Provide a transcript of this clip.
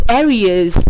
areas